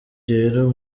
rero